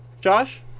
josh